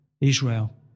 Israel